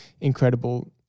incredible